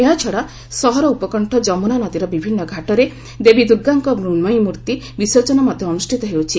ଏହାଛଡ଼ା ସହର ଉପକଣ୍ଠ ଯମୁନା ନଦୀର ବିଭିନ୍ନ ଘାଟରେ ଦେବୀ ଦୁର୍ଗାଙ୍କ ମୃଶ୍ମୟୀମୂର୍ତ୍ତି ବିସର୍ଜନ ମଧ୍ୟ ଅନୁଷ୍ଠିତ ହେଉଛି